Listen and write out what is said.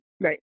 Right